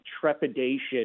trepidation